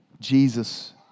Jesus